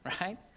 Right